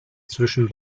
zwischen